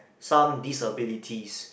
some disabilities